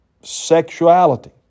sexuality